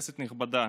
כנסת נכבדה,